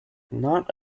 not